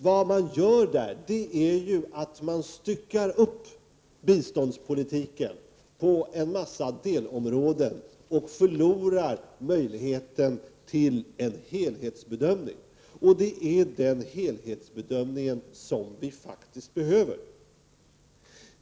Vad man gör är ju att man styckar upp biståndspolitiken på en massa delområden och förlorar möjligheten till en helhetsbedömning, och det är den helhetsbedömningen som vi faktiskt behöver.